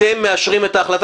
אתם מאשרים את ההחלטה?